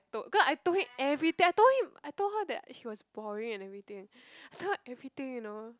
told cause I told him everything I told him I told her that she was boring and everything I tell her everything you know